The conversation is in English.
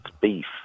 beef